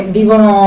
vivono